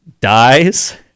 dies